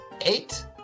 eight